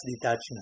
detachment